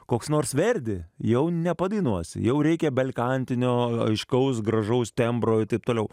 koks nors verdi jau nepadainuos jau reikia belkantinio aiškaus gražaus tembro ir taip toliau